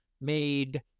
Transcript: made